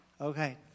Okay